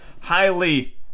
Highly